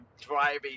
driving